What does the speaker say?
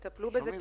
שומעים,